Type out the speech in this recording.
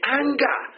anger